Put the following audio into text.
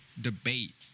debate